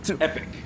epic